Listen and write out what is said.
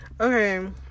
Okay